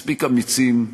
מספיק אמיצים,